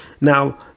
Now